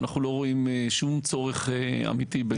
אנחנו לא רואים שום צורך אמיתי בזה.